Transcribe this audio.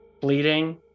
bleeding